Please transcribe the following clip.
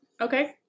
Okay